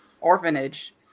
orphanage